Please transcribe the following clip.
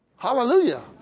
Hallelujah